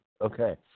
Okay